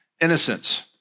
innocence